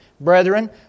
brethren